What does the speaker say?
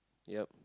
yup